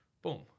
Boom